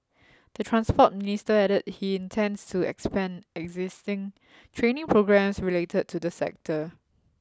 the transport minister added he intends to expand existing training programmes related to the sector